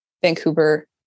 Vancouver